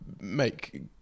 make